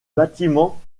bâtiment